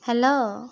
hello